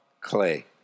clay